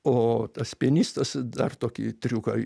o tas pianistas dar tokį triuką